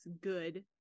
good